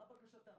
מה בקשתם?